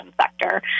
sector